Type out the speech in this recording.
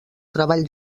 treball